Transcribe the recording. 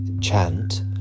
chant